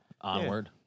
onward